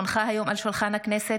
הונחה היום על שולחן הכנסת,